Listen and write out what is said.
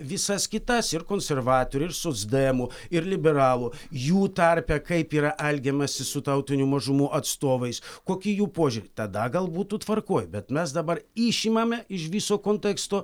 visas kitas ir konservatorių ir socdemų ir liberalų jų tarpe kaip yra elgiamasi su tautinių mažumų atstovais kokie jų požiūrį tada gal būtų tvarkoj bet mes dabar išimame iš viso konteksto